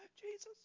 Jesus